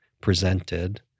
presented